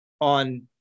on